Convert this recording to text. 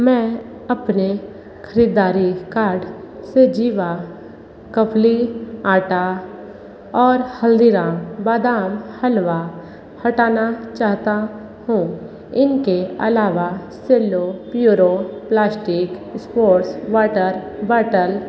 मैं अपने ख़रीदारी कार्ड से जीवा कबली आटा और हल्दीराम बादाम हलवा हटाना चाहता हूँ इनके अलावा Cello Puro plastic sports water bottle